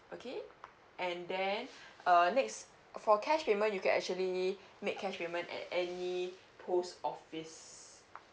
okay and then uh next for cash payment you can actually make cash payment at any post office